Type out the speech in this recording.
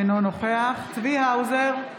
אינו נוכח צבי האוזר,